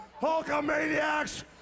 Hulkamaniacs